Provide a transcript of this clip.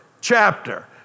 chapter